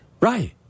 Right